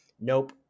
nope